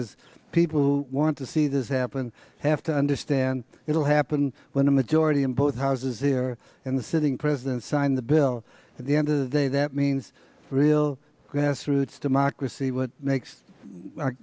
is people want to see this happen have to understand it will happen when the majority in both houses here and the sitting president signed the bill at the end of the day that means real grassroots democracy what makes our